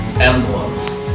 emblems